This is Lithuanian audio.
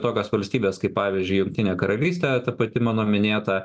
tokios valstybės kaip pavyzdžiui jungtinė karalystė ta pati mano minėta